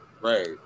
right